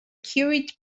curried